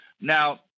now